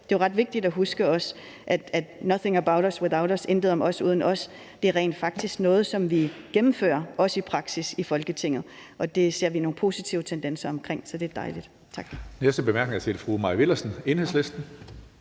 Det er også ret vigtigt at huske, at »Nothing about us without us«, altså intet om os uden os, rent faktisk er noget, som vi også praktiserer i Folketinget, og det ser vi nogle positive tendenser i forhold til. Så det er dejligt. Tak.